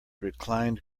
reclined